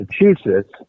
Massachusetts